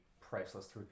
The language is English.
priceless